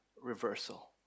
reversal